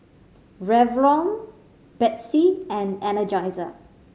Revlon Betsy and Energizer